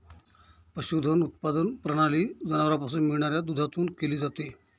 पशुधन उत्पादन प्रणाली जनावरांपासून मिळणाऱ्या दुधातून केली जाते